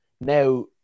Now